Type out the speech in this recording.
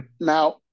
Now